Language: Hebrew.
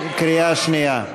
קריאה שנייה.